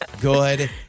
good